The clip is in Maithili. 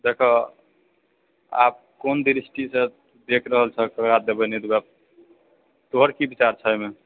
देखऽ आब कोन दृष्टिसँ देख रहल छहक ककरा देबै नइ देबै तोहर की विचार छऽ एहिमे